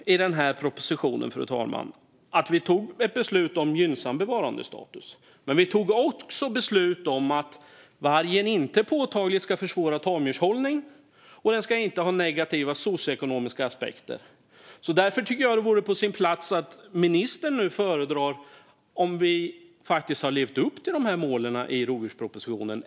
I propositionen, fru talman, fattade vi beslut om gynnsam bevarandestatus. Men vi fattade också beslut om att vargen inte påtagligt ska försvåra tamdjurshållning och att den inte ska ha negativa socioekonomiska aspekter. Därför tycker jag att det vore på sin plats att ministern nu föredrar om vi faktiskt har levt upp till målen i rovdjurspropositionen.